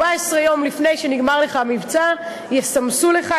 14 יום לפני שנגמר המבצע יסמסו לך,